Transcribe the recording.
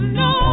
no